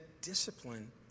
discipline